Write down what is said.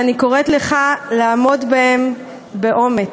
ואני קוראת לך לעמוד בהם באומץ.